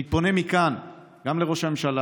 אני פונה מכאן גם לראש הממשלה,